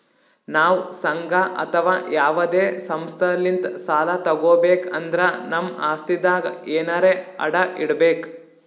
ನಾವ್ ಸಂಘ ಅಥವಾ ಯಾವದೇ ಸಂಸ್ಥಾಲಿಂತ್ ಸಾಲ ತಗೋಬೇಕ್ ಅಂದ್ರ ನಮ್ ಆಸ್ತಿದಾಗ್ ಎನರೆ ಅಡ ಇಡ್ಬೇಕ್